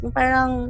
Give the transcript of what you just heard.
parang